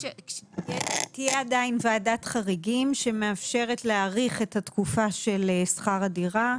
תהיה עדיין ועדת חריגים שמאפשרת להאריך את התקופה של שכר הדירה.